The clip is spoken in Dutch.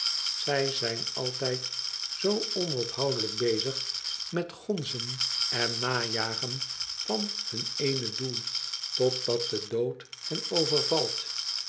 zij zijn altijd zoo onophoudelijk bezig met gonzen en najagen van hun ééne doel totdat de lood hen overvalt